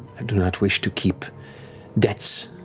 i do not wish to keep debts.